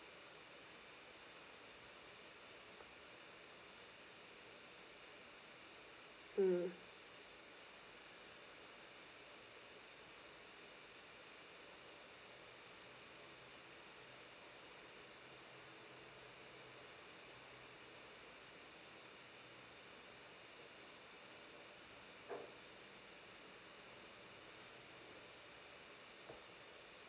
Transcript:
mm